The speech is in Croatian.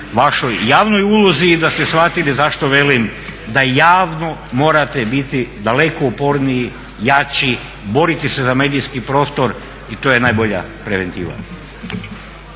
vašoj javnoj ulozi i da ste shvatili zašto velim da javno morate biti daleko uporniji, jači, boriti se za medijski prostor i to je najbolje preventiva.